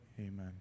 Amen